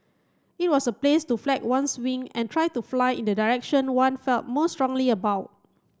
it was a place to flex one's wing and try to fly in the direction one felt most strongly about